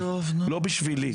לא בשבילי,